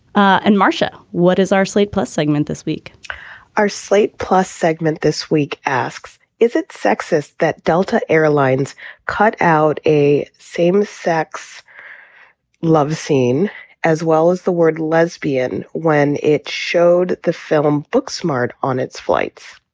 and marcia what is our slate plus segment this week our slate plus segment this week asks is it sexist that delta airlines cut out a same sex love scene as well as the word lesbian when it showed the film looks smart on its flights